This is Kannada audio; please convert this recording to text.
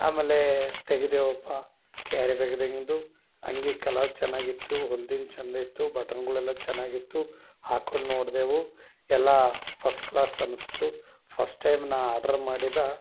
ಆಮೇಲೆ ತೆಗೆದೆವಪ್ಪ ಕ್ಯಾರಿ ಬ್ಯಾಗ್ದಾಗಿಂದ ಅಂಗಿ ಕಲರ್ ಚೆನ್ನಾಗಿತ್ತು ಹೊಲ್ದಿದ್ ಚಂದ ಇತ್ತು ಬಟನ್ಗಳೆಲ್ಲ ಚೆನ್ನಾಗಿತ್ತು ಹಾಕೊಂಡು ನೋಡಿದೆವು ಎಲ್ಲ ಫಸ್ಟ್ ಕ್ಲಾಸ್ ಅನ್ನಿಸ್ತು ಫಸ್ಟ್ ಟೈಮ್ ನಾ ಆರ್ಡರ್ ಮಾಡಿದ